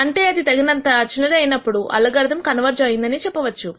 అంటే ఇది తగినంత చిన్నది అయినప్పుడు అల్గారిథం కన్వెర్జ్ అయిందని అని చెప్పవచ్చు